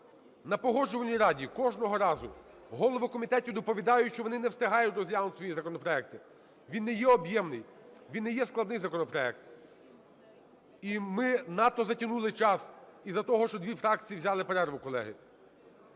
на Погоджувальній раді кожного разу… голови комітетів доповідають, що вони не встигають розглядати свої законопроекти. Він не є об'ємний, він не є складний законопроект. І ми надто затягнули час із-за того, що дві фракції взяли перерву, колеги.